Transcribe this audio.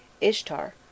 Ishtar